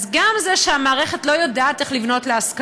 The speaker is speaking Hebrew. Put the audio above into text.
אז יש גם את זה שהמערכת לא יודעת איך לבנות להשכרה,